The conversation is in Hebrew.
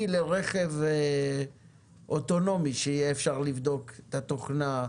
לרכב אוטונומי שיהיה אפשר לבדוק את התוכנה,